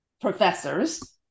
professors